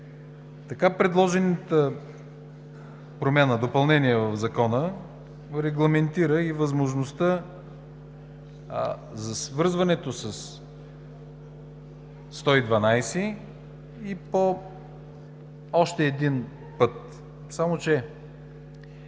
Така предложената промяна – допълнение в Закона, регламентира и възможността за свързването със 112 и по още един път. Само че